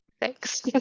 Thanks